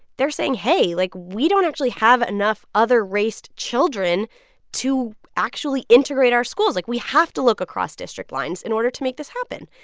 they're saying, hey, like, we don't actually have enough other raced children to actually integrate our schools. like, we have to look across district lines in order to make this happen.